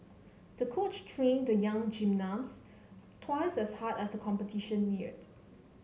the coach trained the young gymnast twice as hard as the competition neared